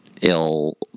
ill